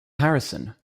harrison